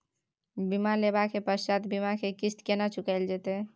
बीमा लेबा के पश्चात बीमा के किस्त केना चुकायल जेतै?